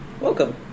Welcome